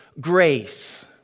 grace